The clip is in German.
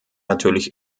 natürlich